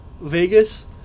Vegas